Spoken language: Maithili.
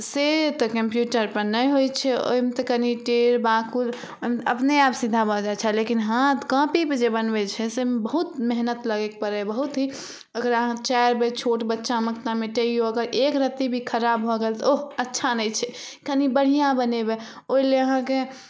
से तऽ कम्प्युटरपर नहि होइ छै ओइमे तऽ कनि टेढ़ बाँकुर अपने आप सीधा भऽ जाइ छै लेकिन हाथ कॉपीपर जे बनबय छी से बहुत मेहनत लगाबयके पड़इए बहुत ही अगर अहाँ चारि बेर छोट बच्चामे मिटाइयौ एक रत्ती भी खराब भऽ गेल तऽ ओहो अच्छा नहि छै कनि बढ़िआँ बनबय लेल ओइला अहाँके